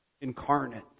incarnate